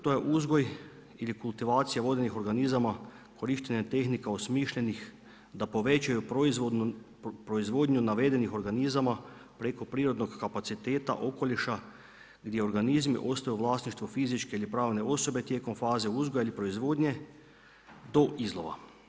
To je uzgoj ili kultivacija vodenih organizama, korištenje tehnika osmišljenih da povećanu proizvodnju navedenih organizama preko prirodnog kapaciteta okoliša gdje organizmi ostaju u vlasništvu fizičke ili pravne osobe tijekom faze uzgoja ili proizvodnje do izlova.